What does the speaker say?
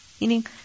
Meaning